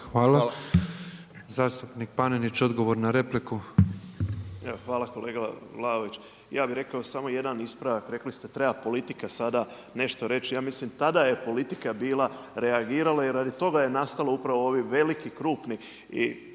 Hvala. Zastupnik Panenić odgovor na repliku. **Panenić, Tomislav (MOST)** Evo hvala kolega Vlaović. Ja bih rekao samo jedan ispravak, rekli ste treba politika sada nešto reći, ja mislim tada je politika bila reagirala i radi toga je nastalo upravo ovi veliki krupni